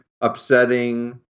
upsetting